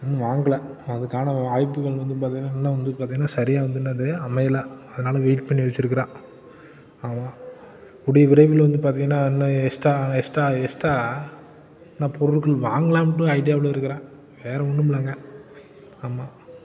இன்னும் வாங்கலை அதுக்கான வாய்ப்புகள் வந்து பார்த்தீங்கன்னா இன்னும் வந்து பார்த்தீங்கன்னா சரியாக வந்து இன்னும் அது அமையலை அதனால வெய்ட் பண்ணி வச்சுருக்குறேன் ஆமாம் கூடிய விரைவில் வந்து பார்த்தீங்கன்னா இன்னும் எஸ்ட்டா எஸ்ட்டா எஸ்ட்டா நான் பொருட்கள் வாங்கலாம்னு ஐடியாவில் இருக்கிறேன் வேறு ஒன்றும் இல்லைங்க ஆமாம்